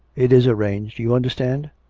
it is arranged. you understand?